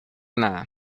nada